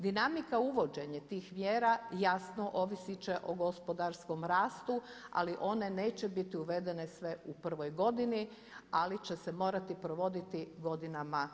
Dinamika uvođenja tih mjera jasno ovisit će o gospodarskom rastu, ali one neće biti uvedene sve u prvoj godini ali će se morati provoditi godinama iza nas.